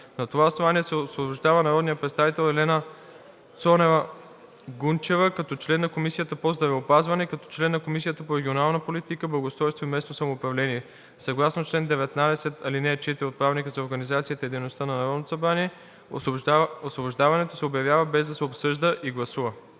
На това основание се освобождава народният представител Елена Цонева Гунчева като член на Комисията по здравеопазване и като член на Комисията по регионална политика, благоустройство и местно самоуправление. Съгласно чл. 19, ал. 4 от Правилника за организацията и дейността на Народното събрание освобождаването се обявява, без да се обсъжда и гласува.